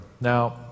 Now